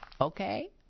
okay